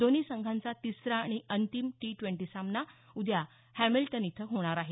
दोन्ही संघांचा तिसरा आणि अंतिम टी ट्वेंटी सामना उद्या हॅमिल्टन इथं होणार आहे